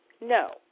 No